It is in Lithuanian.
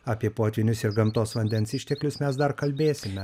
apie potvynius ir gamtos vandens išteklius mes dar kalbėsime